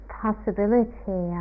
possibility